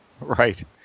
Right